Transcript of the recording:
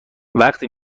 وقتی